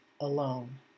alone